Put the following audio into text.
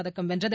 பதக்கம் வென்றது